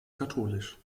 katholisch